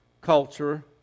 culture